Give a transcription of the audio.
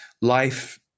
life